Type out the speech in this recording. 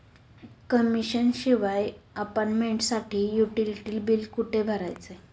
Commission शिवाय अपार्टमेंटसाठी utility बिले कुठे भरायची?